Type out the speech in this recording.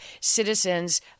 citizens